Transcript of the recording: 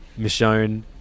Michonne